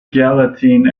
gallatin